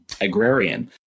agrarian